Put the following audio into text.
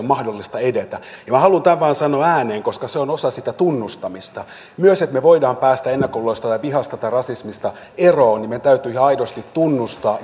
mahdollista edetä minä haluan tämän vain sanoa ääneen koska se on osa sitä tunnustamista jotta me voimme päästä ennakkoluuloista vihasta tai rasismista eroon meidän täytyy ihan aidosti tunnustaa